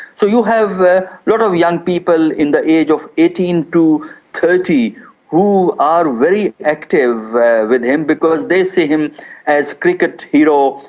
so you have a lot of young people in the age of eighteen to thirty who are very active with him because they see him as a cricket hero,